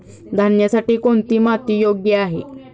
धान्यासाठी कोणती माती योग्य आहे?